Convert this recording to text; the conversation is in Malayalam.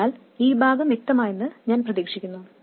അതിനാൽ ഈ ഭാഗം വ്യക്തമാണെന്ന് ഞാൻ പ്രതീക്ഷിക്കുന്നു